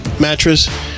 mattress